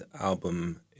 album